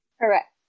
Correct